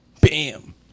Bam